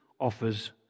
offers